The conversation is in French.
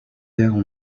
terres